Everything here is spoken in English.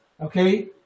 okay